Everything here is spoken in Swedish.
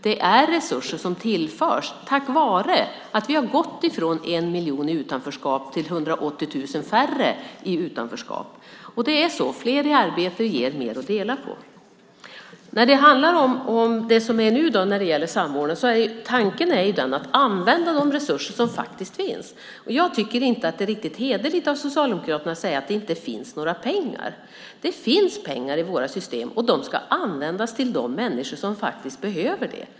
Det är resurser som tillförs tack vare att vi har gått från 1 miljon i utanförskap till 180 000 färre i utanförskap. Det är så. Fler i arbete ger mer att dela på. När det handlar om det som är nu, när det gäller samordning, är tanken att man ska använda de resurser som faktiskt finns. Jag tycker inte att det är riktigt hederligt av Socialdemokraterna att säga att det inte finns några pengar. Det finns pengar i våra system, och de ska användas till de människor som faktiskt behöver det.